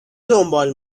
دنبال